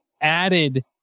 added